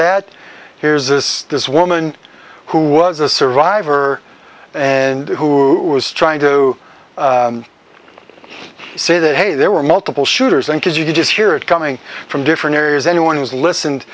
that here's this this woman who was a survivor and who was trying to say that hey there were multiple shooters and cause you to just hear it coming from different areas anyone who's listened